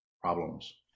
problems